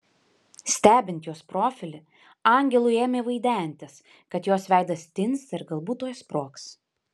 stebint jos profilį angelui ėmė vaidentis kad jos veidas tinsta ir galbūt tuoj sprogs